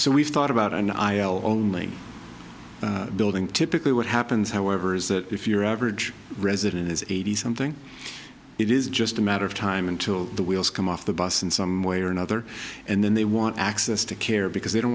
we've thought about and i only building typically what happens however is that if your average resident is eighty something it is just a matter of time until the wheels come off the bus in some way or another and then they want access to care because they don't